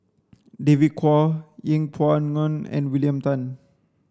David Kwo Yeng Pway Ngon and William Tan